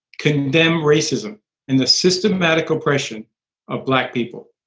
condemn racism in the systematic oppression of black people.